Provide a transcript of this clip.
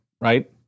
right